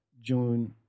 June